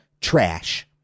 Trash